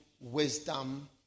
wisdom